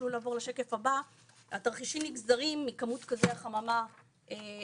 בשקף הבא נראה שהתרחישים נגזרים מכמות גזי החממה באטמוספירה,